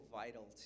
vital